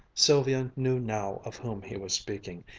sylvia knew now of whom he was speaking,